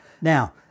Now